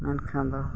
ᱢᱮᱱᱠᱷᱟᱱ ᱫᱚ